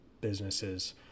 businesses